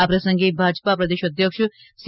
આ પ્રસંગે ભાજપા પ્રદેશ અધ્યક્ષશ્રી સી